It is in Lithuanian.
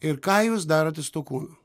ir ką jūs darote su tuo kūnu